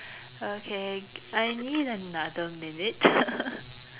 okay I need another minute